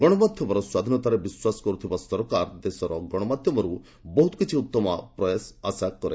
ଗଣମାଧ୍ୟମର ସ୍ୱାଧୀନତାରେ ବିଶ୍ୱାସ କରୁଥିବା ସରକାର ଦେଶର ଗଣମାଧ୍ୟମରୁ ବହୁତ କିଛି ଉତ୍ତମ ପ୍ରୟାସ ଆଶା କରେ